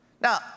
Now